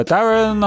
Darren